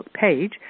page